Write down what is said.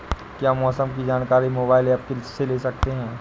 क्या मौसम की जानकारी मोबाइल ऐप से ले सकते हैं?